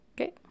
Okay